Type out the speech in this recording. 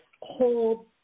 whole